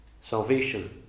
salvation